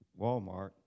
Walmart